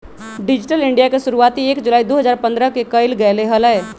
digital India के शुरुआती एक जुलाई दु हजार पन्द्रह के कइल गैले हलय